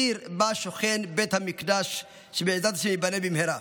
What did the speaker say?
עיר שבה שוכן בית המקדש, שבעזרת השם, ייבנה במהרה.